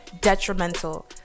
detrimental